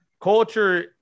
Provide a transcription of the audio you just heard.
Culture